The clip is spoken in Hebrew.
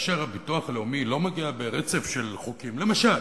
כאשר הביטוח הלאומי לא מגיע ברצף של חוקים, למשל,